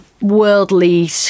worldly